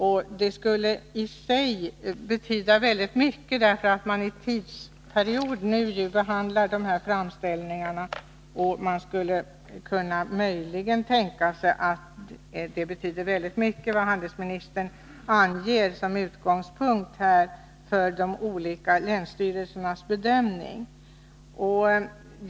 Just nu behandlas alltså dessa framställningar från FN-föreningarna, och det kan möjligen tänkas att det betyder mycket vad handelsministern anger som utgångspunkt för de olika länsstyrelsernas bedömning.